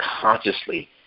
consciously